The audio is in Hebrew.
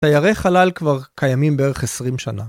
תיירי חלל כבר קיימים בערך 20 שנה.